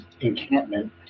encampment